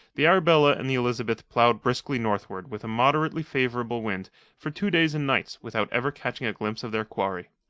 the arabella and the elizabeth ploughed briskly northward with a moderately favourable wind for two days and nights without ever catching a glimpse of their quarry.